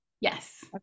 Yes